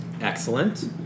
Excellent